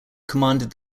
commanded